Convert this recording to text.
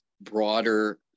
broader